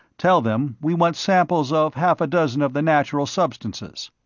tell them we want samples of half a dozen of the natural substances.